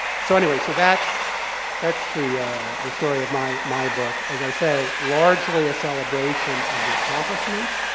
so anyway, so that's that's the the story of my my book. as i say, largely a celebration of the accomplishments,